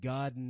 God